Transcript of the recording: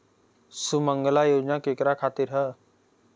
सुमँगला योजना केकरा खातिर ह?